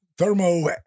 thermo